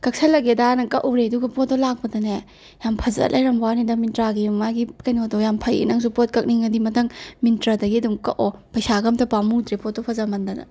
ꯀꯛꯁꯜꯂꯒꯦꯗꯥꯅ ꯀꯛꯎꯔꯦ ꯑꯗꯨꯒ ꯄꯣꯠꯇꯣ ꯂꯥꯛꯄꯗꯅꯦ ꯌꯥꯝ ꯐꯖ ꯂꯩꯔꯝꯕ ꯋꯥꯅꯤꯗ ꯃꯤꯟꯇ꯭ꯔꯥꯒꯤ ꯃꯥꯒꯤ ꯀꯩꯅꯣꯗꯣ ꯌꯥꯝ ꯐꯩꯌꯦ ꯅꯪꯖꯨ ꯄꯣꯠ ꯀꯛꯅꯤꯡꯉꯗꯤ ꯃꯊꯪ ꯃꯤꯟꯇ꯭ꯔꯗꯒꯤ ꯑꯗꯨꯝ ꯀꯛꯑꯣ ꯄꯩꯁꯥꯒ ꯑꯝꯇ ꯄꯥꯃꯨꯗ꯭ꯔꯦ ꯄꯣꯠꯇꯣ ꯐꯖꯃꯟꯗꯅ